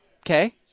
Okay